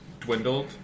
dwindled